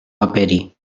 aperi